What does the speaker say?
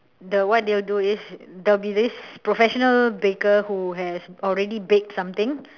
the what they will do is there will be this professional baker who has already baked something